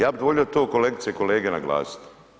Ja bih volio to kolegice i kolege naglasiti.